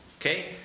okay